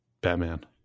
Batman